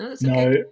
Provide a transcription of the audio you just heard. no